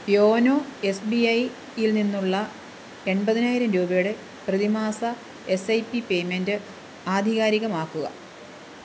YONO S B ഐയിൽ നിന്നുള്ള എൺപതിനായിരം രൂപയുടെ പ്രതിമാസ എസ് ഐ പി പേയ്മെൻറ്റ് ആധികാരികമാക്കുക